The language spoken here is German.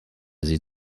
sie